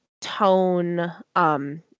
tone